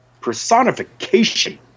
personification